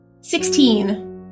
Sixteen